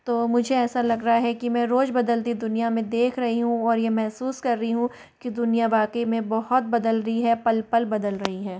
तो मुझे ऐसा लग रहा है कि मैं रोज़ बदलती दुनिया में देख रही हूँ और यह महसूस कर रही हूँ कि दुनिया वाकई में बहुत बदल रही है पल पल बदल रही है